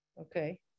okay